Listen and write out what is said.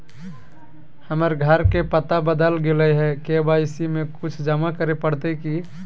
हमर घर के पता बदल गेलई हई, के.वाई.सी में कुछ जमा करे पड़तई की?